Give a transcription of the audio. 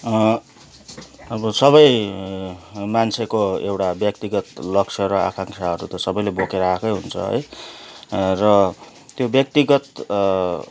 अब सबै मान्छेको एउटा व्यक्तिगत लक्ष्य र आकांक्षाहरू त सबैले बोकेर आएकै हुन्छ है र त्यो व्यक्तिगत